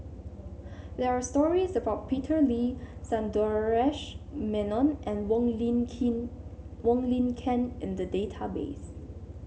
there are stories about Peter Lee Sundaresh Menon and Wong Lin Kin Wong Lin Ken in the database